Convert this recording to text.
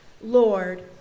Lord